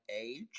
age